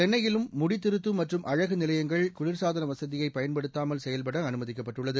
சென்னையிலும் முடித்திருத்தும் மற்றும் அழகு நிலையங்கள் குளியசாதன வசதியை பயன்படுத்தாமல் செயல்பட அனுமதிக்கப்பட்டுள்ளது